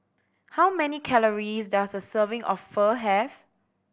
how many calories does a serving of Pho have